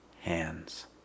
hands